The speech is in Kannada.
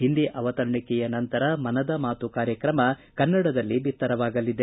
ಹಿಂದಿ ಅವತರಣಿಕೆಯ ನಂತರ ಮನದ ಮಾತು ಕಾರ್ಯಕ್ರಮ ಕನ್ನಡದಲ್ಲಿ ಬಿತ್ತರವಾಗಲಿದೆ